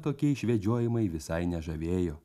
tokie išvedžiojimai visai nežavėjo